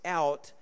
out